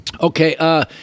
Okay